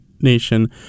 Nation